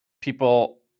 people